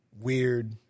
weird